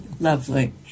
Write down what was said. Lovely